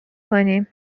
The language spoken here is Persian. کنیم